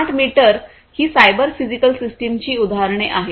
smart meter ही cyber physical सिस्टमची उदाहरणे आहेत